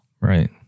Right